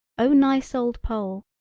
oh nice old pole.